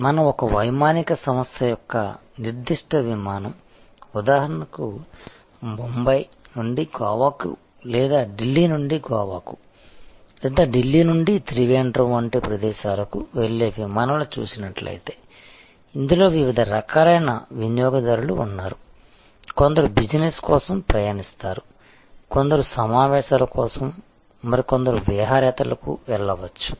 మనం ఒక వైమానిక సంస్థ యొక్క నిర్దిష్ట విమానం ఉదాహరణకు బొంబాయి నుండి గోవాకు లేదా ఢిల్లీ నుండి గోవాకు లేదా ఢిల్లీ నుండి త్రివేంద్రం వంటి ప్రదేశాలకు వెళ్లే విమానాలు చూసినట్లయితే ఇందులో వివిధ రకాలైన వినియోగదారులు ఉన్నారు కొందరు బిజినెస్ కోసం ప్రయాణిస్తారు కొందరు సమావేశాల కోసం మరికొందరు విహారయాత్రలకు వెళ్ళవచ్చును